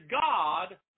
God